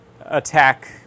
attack